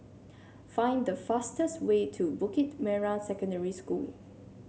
find the fastest way to Bukit Merah Secondary School